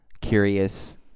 curious